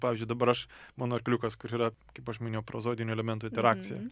pavyzdžiui dabar aš mano arkliukas kur yra kaip aš maniau prozodinių elementų iterakcija